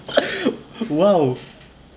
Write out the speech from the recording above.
!whoa!